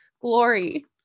glory